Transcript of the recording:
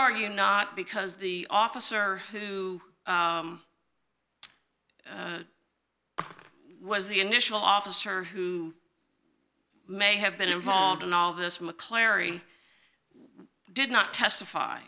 argue not because the officer who was the initial officer who may have been involved in all this mcclary did not testify